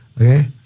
Okay